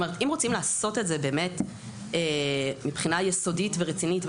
אם רוצים לעשות את מבחינה יסודית ורצינית,